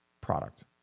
product